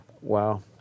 Wow